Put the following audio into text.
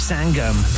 Sangam